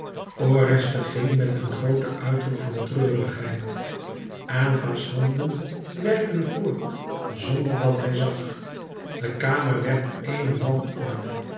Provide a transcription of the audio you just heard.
oreste ging met een grooten uitroep van treurigheid aylva's handen werkten voort zonderdat hij zag de kamer werd ééne wanorde